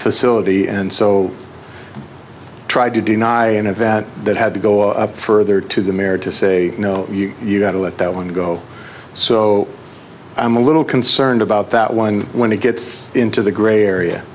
facility and so tried to deny an event that had to go up further to the mayor to say no you got to let that one go so i'm a little concerned about that one when it gets into the gray area